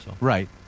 Right